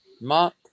Mark